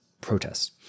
protests